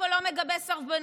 אני אדבר על סרבנות.